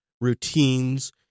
routines